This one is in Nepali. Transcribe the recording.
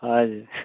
हजुर